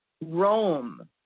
Rome